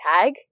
tag